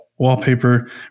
wallpaper